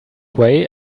way